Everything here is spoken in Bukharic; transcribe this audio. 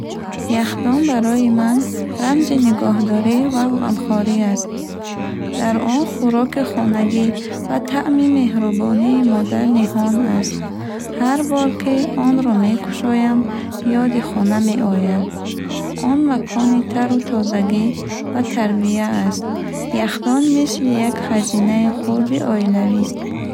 Яхдон барои ман рамзи нигоҳдорӣ ва ғамхорӣ аст. Дар он хӯроки хонагӣ ва таъми меҳрубонии модар ниҳон аст. Ҳар бор, ки онро мекушоям, ёди хона меояд. Он макони тару тозагӣ ва тарбия аст. Яхдон мисли як хазинаи хурди оилавист.